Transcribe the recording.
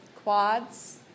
Quads